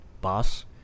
boss